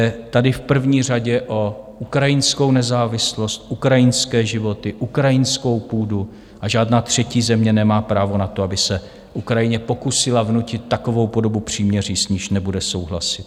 Jde tady v první řadě o ukrajinskou nezávislost, ukrajinské životy, ukrajinskou půdu a žádná třetí země nemá právo na to, aby se Ukrajině pokusila vnutit takovou podobu příměří, s níž nebude souhlasit.